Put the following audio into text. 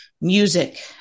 music